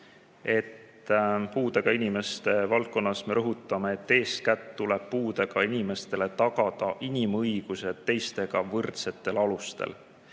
et puudega inimeste puhul me rõhutame seda, et eeskätt tuleb puudega inimestele tagada inimõigused teistega võrdsetel alustel.